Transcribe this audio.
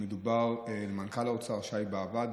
מנכ"ל האוצר שי באב"ד,